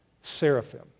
seraphim